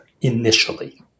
initially